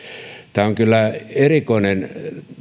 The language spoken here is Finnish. tämä on kyllä erikoinen